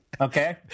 Okay